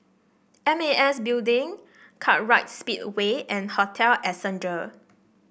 M A S Building Kartright Speedway and Hotel Ascendere